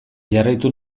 jarraitu